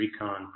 Recon